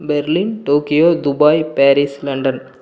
Berlin Tokyo Dubai Paris London